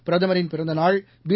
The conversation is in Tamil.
பிரதமரின் பிறந்த நாள் பி